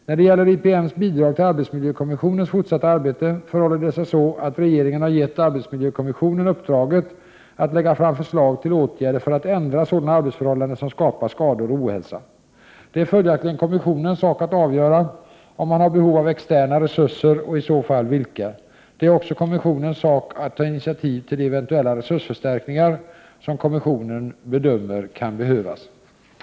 När det gäller IPM:s bidrag till arbetsmiljökommissionens fortsatta arbete konstaterar jag att regeringen har gett arbetsmiljökommissionen uppdraget att lägga fram förslag till åtgärder för att ändra sådana arbetsförhållanden som skapar skador och ohälsa. Arbetsmiljökommissionen får, enligt sina direktiv, inom givna ramar bestämma om sina arbetsformer, exempelvis om regionala eller andra specialgrupper bör inrättas för särskilda frågor eller uppgifter. Sådana specialgrupper, experter och motsvarande bör enligt direktiven i förekommande fall kunna anlitas för en begränsad tid. Det är följaktligen kommissionens sak att avgöra om man har behov av externa resurser och vem eller vilka man vill anlita för en arbetsuppgift.